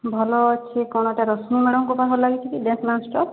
ଭଲ ଅଛି କ'ଣ ଏଟା ରଶ୍ମି ମ୍ୟାଡ଼ମଙ୍କ ପାଖକୁ କଲ୍ ଲାଗିଛି କି ଡ୍ୟାନ୍ସ ମାଷ୍ଟର